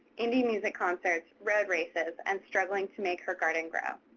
indie music concerts, road races and struggling to make her garden grow.